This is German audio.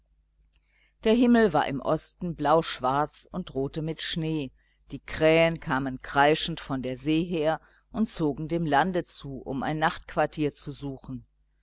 der himmel war im osten blauschwarz und drohte mit schnee die krähen kamen kreischend von der see her und zogen dem lande zu um ein nachtquartier zu suchen